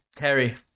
harry